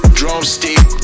drumstick